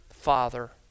father